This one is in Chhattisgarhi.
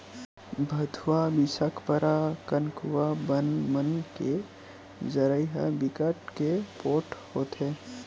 भथुवा, बिसखपरा, कनकुआ बन मन के जरई ह बिकट के पोठ होथे